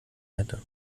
hätte